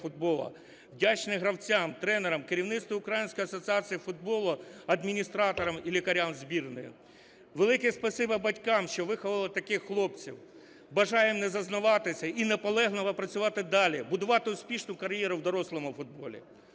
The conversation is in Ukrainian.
Вдячний гравцям, тренерам, керівництву Української асоціації футболу, адміністраторам і лікарям збірної. Велике спасибі батькам, що виховали таких хлопців. Бажаємо не зазнаватись і наполегливо працювати далі, будувати успішну кар'єру в дорослому футболі.